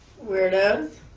Weirdos